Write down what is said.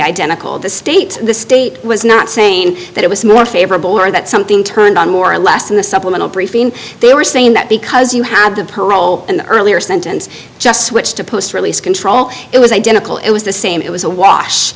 identical the state of the state was not saying that it was more favorable or that something turned on more or less in the supplemental briefing they were saying that because you have the poll in the earlier sentence just switched to post release control it was identical it was the same it was a wash